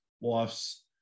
wife's